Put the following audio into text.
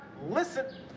listen